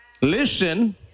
listen